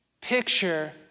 picture